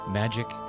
magic